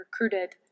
recruited